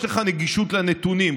יש לך נגישות לנתונים,